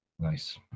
Nice